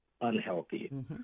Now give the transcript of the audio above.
unhealthy